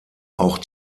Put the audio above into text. auch